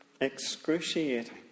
excruciating